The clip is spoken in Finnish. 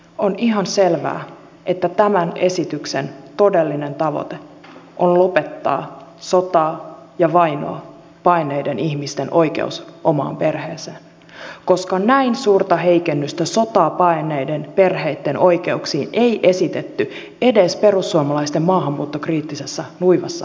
on ihan selvää että tämän esityksen todellinen tavoite on lopettaa sotaa ja vainoa paenneiden ihmisten oikeus omaan perheeseen koska näin suurta heikennystä sotaa paenneiden perheitten oikeuksiin ei esitetty edes perussuomalaisten maahanmuuttokriittisessä nuivassa manifestissa